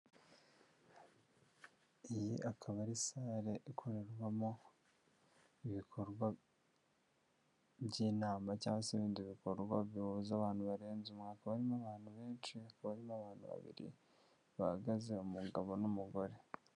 Iyi akaba ari sale ikorerwamo ibikorwa by'inama cyangwa se ibindi bikorwa bihuza abantu barenze umwe. Hakaba harimo abantu benshi harimo abantu babiri bahagaze umugabo n'umugore.